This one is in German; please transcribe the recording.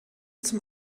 zum